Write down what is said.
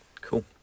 Cool